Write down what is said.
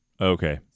Okay